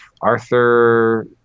Arthur